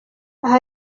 aha